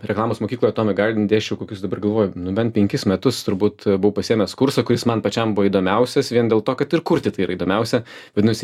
reklamos mokykloje atomic garden kokius dabar galvoju nu bent penkis metus turbūt buvau pasiėmęs kursą kuris man pačiam buvo įdomiausias vien dėl to kad ir kurti tai yra įdomiausia vadinosi